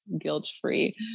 guilt-free